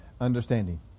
understanding